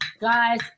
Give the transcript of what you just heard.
guys